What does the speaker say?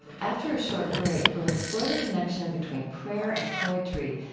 after a short break, we'll explore the connection between prayer and poetry,